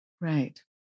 right